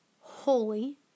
holy